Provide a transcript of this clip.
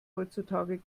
heutzutage